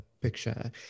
picture